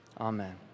Amen